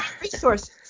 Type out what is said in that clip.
resources